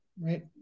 right